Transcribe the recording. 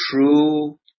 true